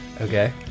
okay